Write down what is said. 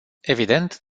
evident